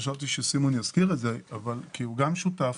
חשבתי שסימון יזכיר את זה כי הוא גם שותף.